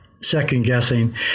second-guessing